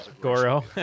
Goro